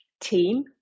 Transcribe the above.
team